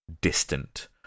distant